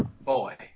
Boy